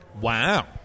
Wow